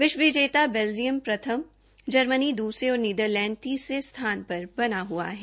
विष्व विजेता बेल्जियम प्रथम जर्मनी दूसरे और नीदरलैंड तीसरे स्थान पर बना हुआ है